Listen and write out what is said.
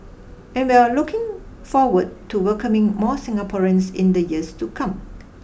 and we're looking forward to welcoming more Singaporeans in the years to come